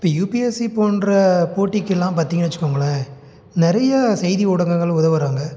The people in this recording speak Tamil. இப்போ யூபிஎஸ்சி போன்ற போட்டிக்கெலாம் பார்த்திங்கன்னு வச்சுக்கோங்களேன் நிறைய செய்தி ஊடகங்கள் உதவுகிறாங்க